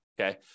Okay